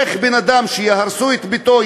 איך בן-אדם שיהרסו את ביתו,